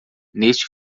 neste